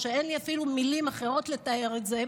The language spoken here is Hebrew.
שאין לי מילים אחרות לתאר את זה,